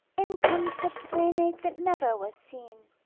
in comes the playmate that never was seen.